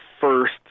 first